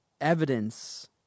evidence